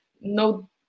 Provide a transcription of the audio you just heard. no